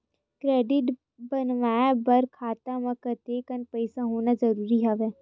Credit बनवाय बर खाता म कतेकन पईसा होना जरूरी हवय?